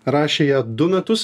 rašė ją du metus